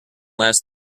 last